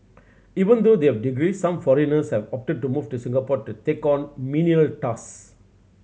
even though they have degrees some foreigners have opted to move to Singapore to take on menial tasks